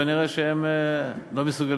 הם כנראה לא מסוגלים.